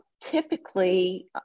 typically